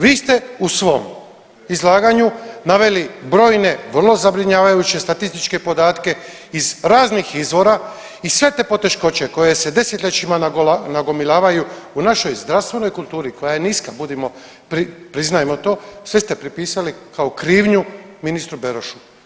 Vi ste u svom izlaganju naveli brojne vrlo zabrinjavajuće statističke podatke iz raznih izvora i sve te poteškoće koje se desetljećima nagomilavaju u našoj zdravstvenoj kulturi koja je niska, budimo, priznajmo to sve ste pripisali kao krivnju ministru Berošu.